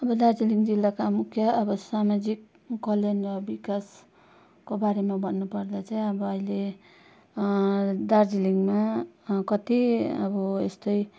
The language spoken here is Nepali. अब दार्जिलिङ जिल्लाका मुख्य अब सामाजिक कल्याण र विकासको बारेमा भन्नु पर्दा चाहिँ अब अहिले दार्जिलिङमा कति अब यस्तै